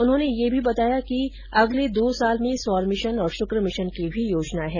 उन्होंने यह भी बताया कि अगले दो साल में सौर मिशन और शुक मिशन की भी योजना है